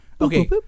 Okay